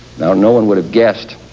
now no one would've guessed,